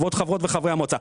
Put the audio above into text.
כבוד חברי וחברות המועצה.